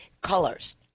colors